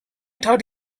thought